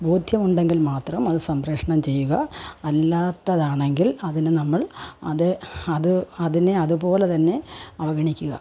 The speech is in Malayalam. ബോധ്യമുണ്ടെങ്കിൽ മാത്രം അത് സംപ്രേഷണം ചെയ്യുക അല്ലാത്തതാണെങ്കിൽ അതിന് നമ്മൾ അതേ അത് അതിനെ അതുപോലതന്നെ അവഗണിക്കുക